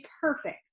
perfect